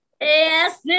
Yes